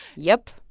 yep,